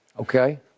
Okay